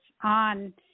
on